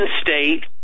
state